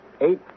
Eight